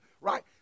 right